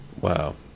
Wow